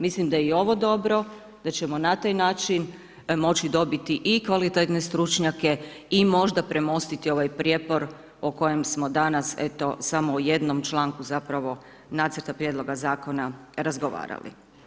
Mislim da je i ovo dobro, da ćemo na taj način moći dobiti i kvalitetne stručnjake i možda premostiti ovaj prijepor o kojem smo danas eto samo o jednom članku nacrta prijedloga zakona razgovarali.